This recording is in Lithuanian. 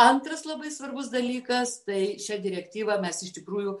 antras labai svarbus dalykas tai šia direktyva mes iš tikrųjų